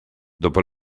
dopo